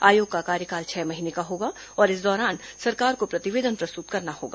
आयोग का कार्यकाल छह महीने का होगा और इस दौरान सरकार को प्रतिवेदन प्रस्तुत करना होगा